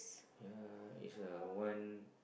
ya it's a one